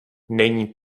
není